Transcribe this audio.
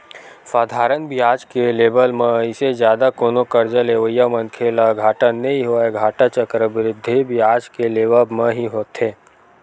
साधारन बियाज के लेवब म अइसे जादा कोनो करजा लेवइया मनखे ल घाटा नइ होवय, घाटा चक्रबृद्धि बियाज के लेवब म ही होथे